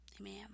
Amen